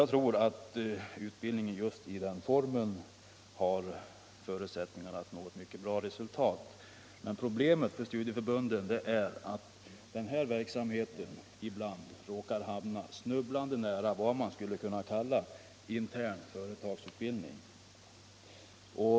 Jag tror också att man med utbildning i just den formen har förutsättningar att nå ett mycket bra resultat. Men problemet för studieförbunden är att denna verksamhet ibland hamnar snubblande nära vad man skulle kunna kalla för intern företagsutbildning.